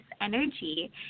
energy